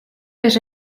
vez